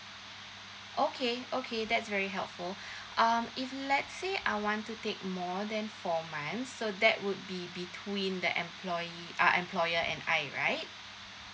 okay okay that's very helpful um if let's say I want to take more than four months so that would be between the employee uh employer and I right